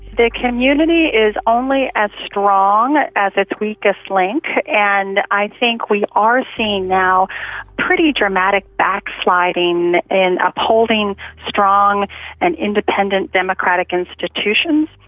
the community is only as strong as its weakest link, and i think we are seeing now pretty dramatic backsliding and upholding strong and independent democratic institutions.